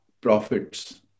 profits